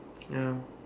ya